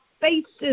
faces